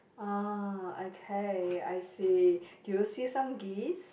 ah okay I see did you see some geese